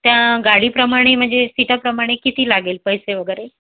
त्या गाडीप्रमाणे म्हणजे सिटाप्रमाणे किती लागेल पैसे वगैरे